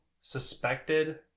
suspected